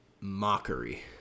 mockery